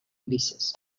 ulises